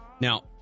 Now